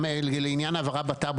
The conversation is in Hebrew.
גם לעניין העברה בטאבו,